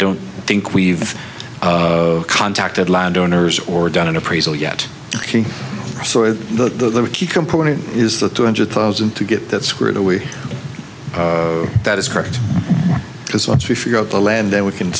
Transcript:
don't think we've contacted landowners or done an appraisal yet the key component is the two hundred thousand to get that screwed away that is correct because once we figure out the land then we can